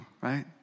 right